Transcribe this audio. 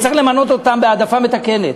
צריך למנות אותן בהעדפה מתקנת.